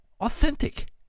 authentic